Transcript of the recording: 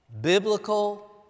biblical